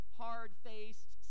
hard-faced